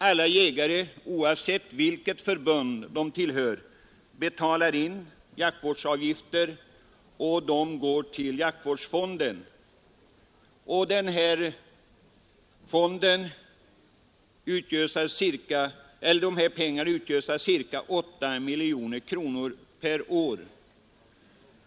Alla jägare, oavsett vilket förbund de tillhör, betalar in jaktvårdsavgifter, som går till jaktvårdsfonden. Avgifterna uppgår till ca 8 miljoner kronor per år.